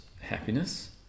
happiness